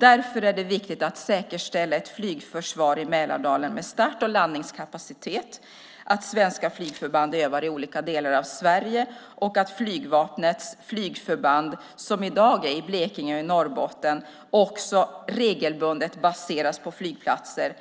Därför är det viktigt att säkerställa ett flygförsvar i Mälardalen med start och landningskapacitet, att svenska flygförband övar i olika delar av Sverige och att flygvapnets flygförband som i dag är i Blekinge och i Norrbotten också regelbundet baseras på flygplatser